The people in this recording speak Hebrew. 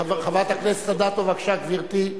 חברת הכנסת אדטו, בבקשה, גברתי.